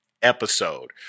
episode